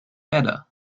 better